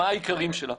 מה העיקרים שלה?